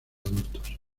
adultos